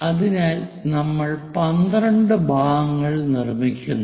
അതിനാൽ നമ്മൾ 12 ഭാഗങ്ങൾ നിർമ്മിക്കുന്നു